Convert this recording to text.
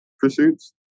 pursuits